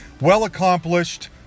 well-accomplished